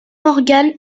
morgan